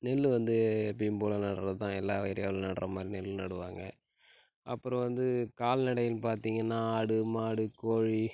நெல் வந்து எப்பயும் போல் நடுறது தான் எல்லா பயிர்கள் நடுற மாதிரி நெல் நடுவாங்கள் அப்பறம் வந்து கால்நடையின்னு பார்த்தீங்கன்னா ஆடு மாடு கோழி